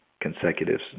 consecutive